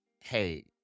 hey